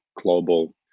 global